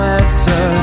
answer